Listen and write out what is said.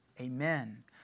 Amen